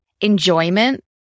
Enjoyment